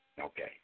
Okay